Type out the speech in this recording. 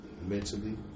mentally